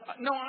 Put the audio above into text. no